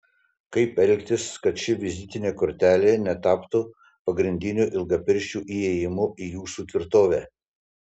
kaip elgtis kad ši vizitinė kortelė netaptų pagrindiniu ilgapirščių įėjimu į jūsų tvirtovę